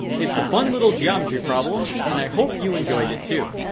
it's a fun little geometry problem, and i hope you enjoyed it, too.